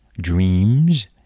dreams